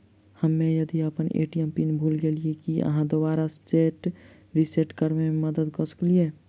हम्मे यदि अप्पन ए.टी.एम पिन भूल गेलियै, की अहाँ दोबारा सेट रिसेट करैमे मदद करऽ सकलिये?